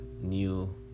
new